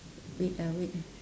wait ah wait